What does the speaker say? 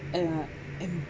and uh and